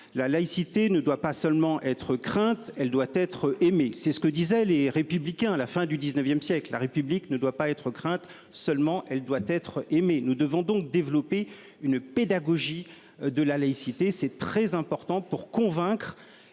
la laïcité ne doit pas seulement être crainte elle doit être aimé. C'est ce que disaient les républicains à la fin du XIXe siècle, la République ne doit pas être crainte seulement, elle doit être aimé. Nous devons donc développer une pédagogie de la laïcité, c'est très important pour convaincre